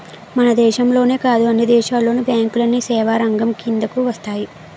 మన దేశంలోనే కాదు అన్ని దేశాల్లోను బ్యాంకులన్నీ సేవారంగం కిందకు వస్తాయి